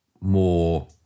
more